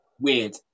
weird